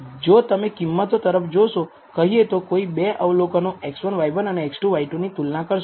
જો તમે કિંમતો તરફ જોશો કહીએ તો કોઈ 2 અવલોકનો x1 y1 અને x2 y2 ની તુલના કરશો